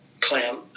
clam